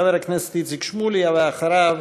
חבר הכנסת איציק שמולי, ואחריו,